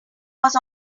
was